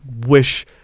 wish